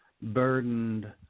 burdened